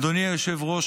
אדוני היושב-ראש,